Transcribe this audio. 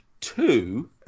two